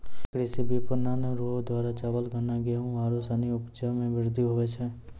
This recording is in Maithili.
कृषि विपणन रो द्वारा चावल, गन्ना, गेहू आरू सनी उपजा मे वृद्धि हुवै छै